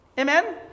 Amen